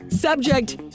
Subject